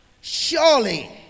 Surely